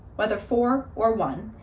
whether four, or one,